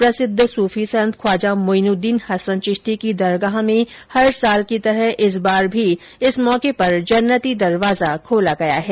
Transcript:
प्रसिद्ध सूफी संत ख्वाजा मोइनुद्दीन चिश्ती की दरगाह में हर वर्ष की तरह इस बार भी इस मौके पर जन्नति दरवाजा खोला गया है